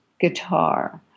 guitar